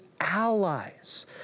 allies